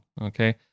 Okay